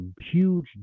huge